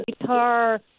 guitar